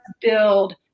build